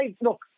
look